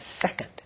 second